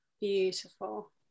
beautiful